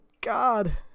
God